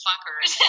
Fuckers